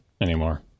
anymore